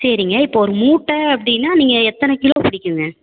சரிங்க இப்போ ஒரு மூட்டை அப்படின்னா நீங்கள் எத்தனை கிலோ பிடிக்குங்க